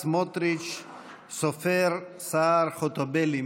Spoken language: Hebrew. סמוטריץ', סופר, סער, חוטובלי.